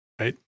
right